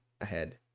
ahead